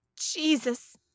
Jesus